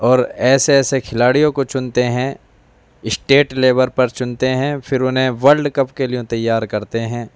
اور ایسے ایسے کھلاڑیوں کو چنتے ہیں اسٹیٹ لیور پر چنتے ہیں پھر انہیں ولڈ کپ کے لیے تیار کرتے ہیں